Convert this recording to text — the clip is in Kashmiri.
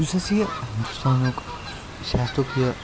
یُس اَسہِ یہِ ہِندوستانُک صحتُک یہِ